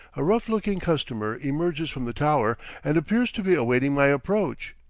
a rough-looking customer emerges from the tower and appears to be awaiting my approach.